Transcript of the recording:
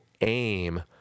aim